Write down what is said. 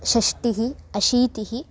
षष्टिः अशीतिः